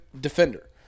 defender